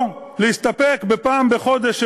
או להסתפק בפעם בחודש,